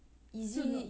easy